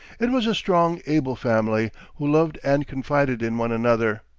it was a strong, able family, who loved and confided in one another,